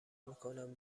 میکنم